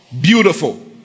beautiful